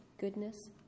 goodness